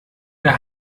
der